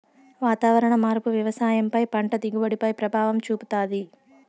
వాతావరణ మార్పు వ్యవసాయం పై పంట దిగుబడి పై ప్రభావం చూపుతాది